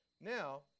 Now